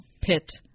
pit